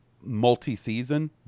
multi-season